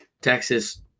Texas